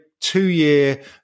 two-year